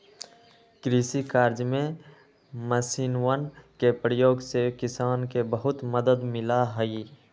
कृषि कार्य में मशीनवन के प्रयोग से किसान के बहुत मदद मिला हई